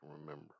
remember